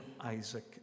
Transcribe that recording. Isaac